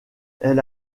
elle